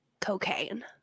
cocaine